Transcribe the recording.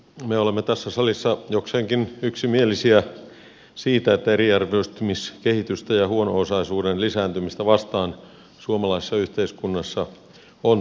me olemme tässä salissa jokseenkin yksimielisiä siitä että eriarvoistumiskehitystä ja huono osaisuuden lisääntymistä vastaan suomalaisessa yhteiskunnassa on taisteltava